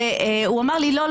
והוא אמר לי: לא,